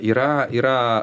yra yra